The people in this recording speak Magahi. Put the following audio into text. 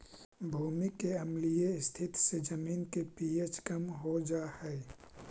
भूमि के अम्लीय स्थिति से जमीन के पी.एच कम हो जा हई